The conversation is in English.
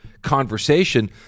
conversation